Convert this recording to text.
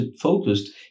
focused